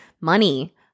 money